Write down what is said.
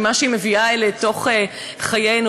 ממה שהיא מביאה לתוך חיינו,